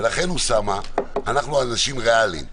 ולכן, אוסאמה, אנחנו אנשים ריאליים,